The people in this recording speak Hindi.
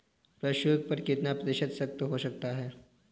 प्रशुल्क कर कितना प्रतिशत तक हो सकता है?